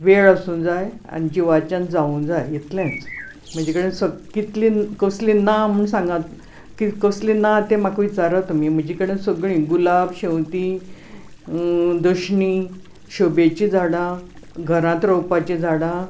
वेळ आसूं जाय आनी जिवाच्यान जावूं जाय इतलेंच म्हजे कडेन कितली कसली ना म्हाका विचारा तूमीं सगळीं गुलाब शेवतीं दशणी शोबेची झाडां घरांत रोंवपाची झाडां